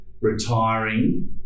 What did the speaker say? Retiring